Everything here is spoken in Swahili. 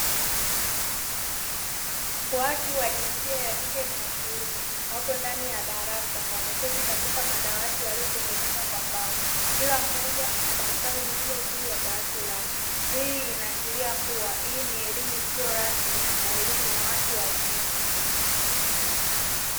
Watu wa jinsia ya kike na ya kiume wapo ndani ya darasa wameketi katika madawati yaliyotengenezwa kwa mbao, kila mmoja ana daftari lililo juu ya dawati lake. Hii inaashiria kuwa hii ni elimu isiyo rasmi na elimu ya watu wazima.